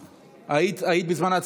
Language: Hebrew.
ההצעה להעביר את